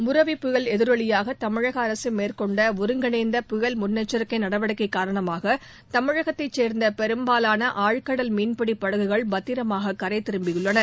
புரெவி புயல் எதிரொலியாக தமிழக அரசு மேற்கொண்ட ஒருங்கிணைந்த புயல் முன்னெச்சரிக்கை நடவடிக்கை காரணமாக தமிழகத்தைச் சேர்ந்த பெரும்பாலான ஆழ்கடல் மீன்பிடி படகுகள் பத்திரமாக கரை திரும்பியுள்ளன